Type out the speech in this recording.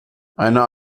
eine